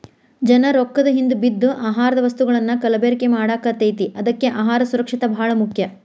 ಜನಾ ರೊಕ್ಕದ ಹಿಂದ ಬಿದ್ದ ಆಹಾರದ ವಸ್ತುಗಳನ್ನಾ ಕಲಬೆರಕೆ ಮಾಡಾಕತೈತಿ ಅದ್ಕೆ ಅಹಾರ ಸುರಕ್ಷಿತ ಬಾಳ ಮುಖ್ಯ